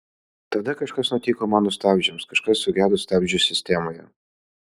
tada kažkas nutiko mano stabdžiams kažkas sugedo stabdžių sistemoje